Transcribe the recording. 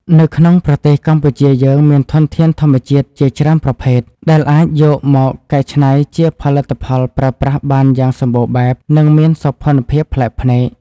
នៅក្នុងប្រទេសកម្ពុជាយើងមានធនធានធម្មជាតិជាច្រើនប្រភេទ ដែលអាចយកមកកែច្នៃជាផលិតផលប្រើប្រាស់បានយ៉ាងសម្បូរបែប និង មានសោភ័ណភាពប្លែកភ្នែក។